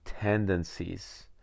Tendencies